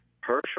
Herschel